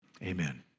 Amen